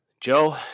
Joe